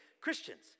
christians